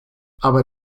aber